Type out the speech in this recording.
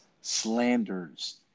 slanders